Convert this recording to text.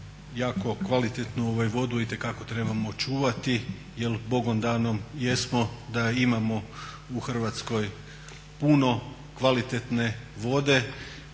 jako kvalitetnu vodu trebamo čuvati jer Bogom danom jesmo da imamo u Hrvatskoj puno kvalitetne vode